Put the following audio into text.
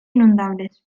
inundables